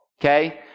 Okay